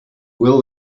will